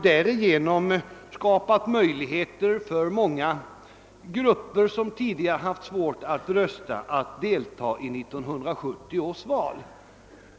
Därigenom har det för många som tidigare haft svårt att rösta skapats möjligheter att delta i 1970 års val.